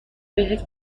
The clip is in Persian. بهت